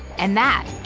and that.